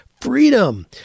freedom